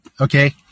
Okay